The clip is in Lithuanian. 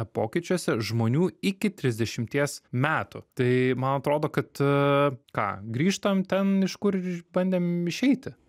pokyčiuose žmonių iki trisdešimties metų tai man atrodo kad ką grįžtam ten iš kur iš bandėm išeiti